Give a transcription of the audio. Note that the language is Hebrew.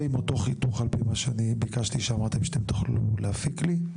ועם אותו חיתוך של מה שביקשתי שאמרתם שתוכלו להפיק לי.